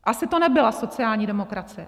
Asi to nebyla sociální demokracie.